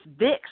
Vicks